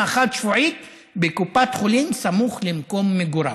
החד-שבועית בקופת חולים סמוך למקום מגוריו,